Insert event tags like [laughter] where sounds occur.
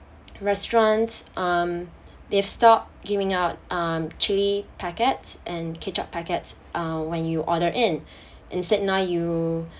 restaurants um they've stopped giving out um chili packets and ketchup packets uh when you order in [breath] instead now you